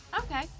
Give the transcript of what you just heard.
Okay